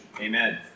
Amen